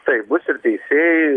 taip bus ir teisėjai